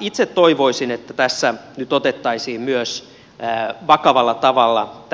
itse toivoisin että tässä nyt otettaisiin vakavalla tavalla